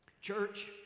Church